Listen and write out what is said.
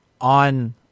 on